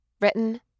Written